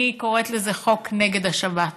אני קוראת לזה חוק נגד השבת.